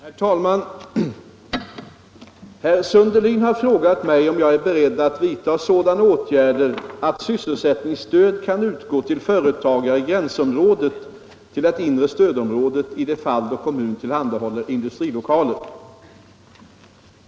Herr talman! Herr Sundelin har frågat mig om jag är beredd att vidta sådana åtgärder att sysselsättningsstöd kan utgå till företagare i gränsområdet till det inre stödområdet i de fall då kommun tillhandahåller industrilokaler.